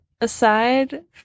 aside